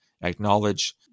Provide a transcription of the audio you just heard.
acknowledge